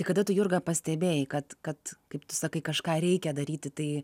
kada tu jurga pastebėjai kad kad kaip tu sakai kažką reikia daryti tai